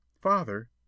Father